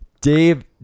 Dave